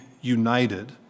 united